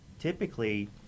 typically